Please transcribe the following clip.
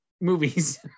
movies